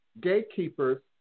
gatekeepers